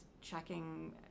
checking